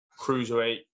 cruiserweight